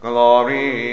Glory